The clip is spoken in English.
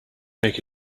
make